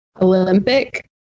olympic